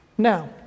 Now